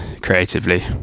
creatively